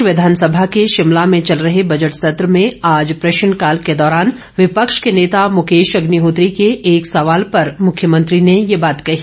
प्रदेश विधानसभा के शिमला में चल रहे बजट सत्र में आज प्रश्नकाल के दौरान विपक्ष के नेता मुकेश अग्निहोत्री के एक सवाल पर मुख्यमंत्री ने ये बात कही